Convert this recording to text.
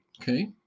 Okay